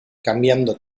cambiando